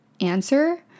answer